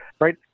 right